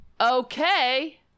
Okay